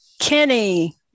Kenny